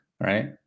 right